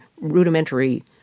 rudimentary